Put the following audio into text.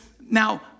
now